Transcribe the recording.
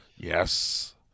Yes